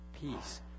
peace